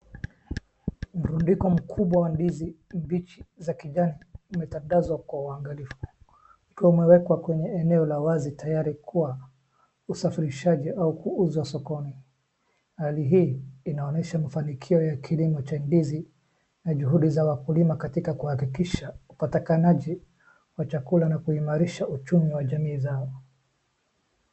Mrundiko mkubwa wa ndizi mbichi za kijani imetandazwa kwa uangalifu umeekwa kwa eneo la wazi tayari kwa usafirishaji au kuuzwa sokoni. Hali hii inaonesha mafanikio wa kilimo cha ndizi na juhudi za wakulima katika kuhakikisha upatikanaji wa chakula na kuimarisha uchumi wa jamii zao.